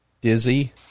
dizzy